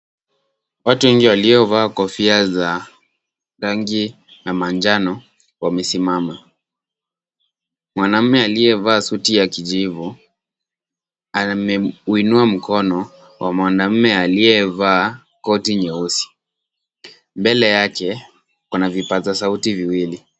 Watu wengi waliovaa kofia za rangi na manjano wamesimama. Mwanaume aliye vaa suti ya kijivu amemwinua mkono mwanaume aliyevaa koti nyeusi. Mbele yake kuna vipaza sauti viwili.